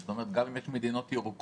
זאת אומרת גם אם יש מדינות ירוקות